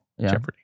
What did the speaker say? Jeopardy